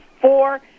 four